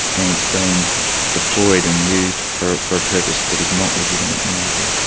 and it's being deployed and used for for a purpose that is not legitimate in my view.